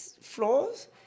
floors